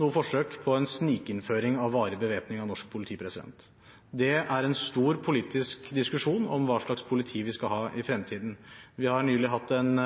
noe forsøk på en snikinnføring av varig bevæpning av norsk politi. Det er en stor politisk diskusjon om hva slags politi vi skal ha i fremtiden. Vi har nylig hatt en